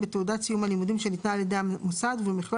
בתעודת סיום הלימודים שנינתה על המוסד ובמכלול